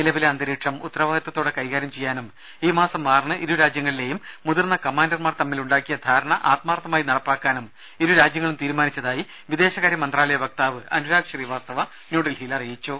നിലവിലെ അന്തരീക്ഷം ഉത്തരവാദിത്തത്തോടെ കൈകാര്യം ചെയ്യാനും ഈ മാസം ആറിന് ഇരു രാജ്യങ്ങളിലേയും മുതിർന്ന കമാൻഡർമാർ തമ്മിൽ ഉണ്ടാക്കിയ ധാരണ ആത്മാർത്ഥമായി നടപ്പാക്കാനും ഇരുരാജ്യങ്ങളും തീരുമാനിച്ചതായി വിദേശകാര്യ മന്ത്രാലയ വക്താവ് അനുരാഗ് ശ്രീവാസ്തവ ന്യൂഡൽഹിയിൽ അറിയിച്ചു